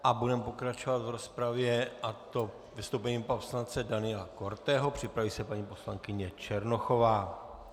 A budeme pokračovat v rozpravě, a to vystoupením pana poslance Daniela Korteho, připraví se paní poslankyně Černochová.